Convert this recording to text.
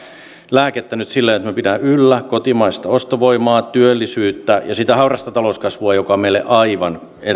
lääkettä nyt siihen että me pidämme yllä kotimaista ostovoimaa työllisyyttä ja sitä haurasta talouskasvua joka on meille aivan